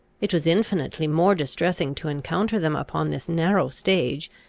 it was infinitely more distressing to encounter them upon this narrow stage,